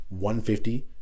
150